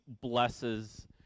blesses